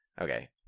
okay